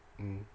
mm